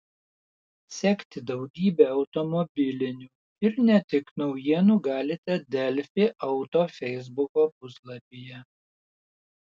sekti daugybę automobilinių ir ne tik naujienų galite delfi auto feisbuko puslapyje